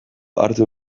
hartu